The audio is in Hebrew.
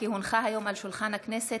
כי הונחה היום על שולחן הכנסת,